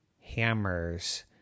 hammers